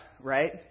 right